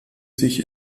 sich